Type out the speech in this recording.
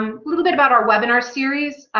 um little bit about our webinar series.